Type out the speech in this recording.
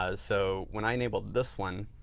ah so, when i enable this one,